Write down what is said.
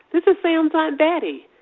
this is sam's aunt betty.